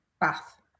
bath